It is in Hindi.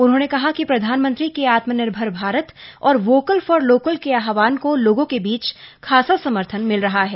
उन्होंने कहा कि प्रधानमंत्री के आत्मनिर्भर भारत और वोकल फोर लोकल के आहवान को लोगों बीच खासा समर्थन मिल रहा है